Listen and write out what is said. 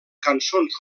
cançons